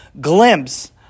glimpse